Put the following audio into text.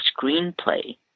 screenplay